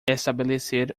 estabelecer